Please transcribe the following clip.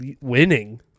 winning